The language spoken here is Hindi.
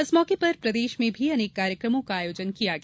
इस मौके पर प्रदेश में भी अनेक कार्यक्रमों का आयोजन किया गया